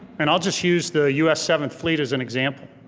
and i'll just use the us seventh fleet as an example.